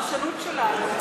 הפרשנות שלה מאוד,